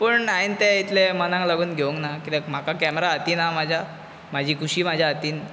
पूण हांवें तें इतलें मनाक लावन घेवंक ना कित्याक म्हाका केमेरा हातींत आहा म्हज्या म्हाजी खुशी म्हाज्या हातींत